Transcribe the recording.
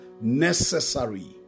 necessary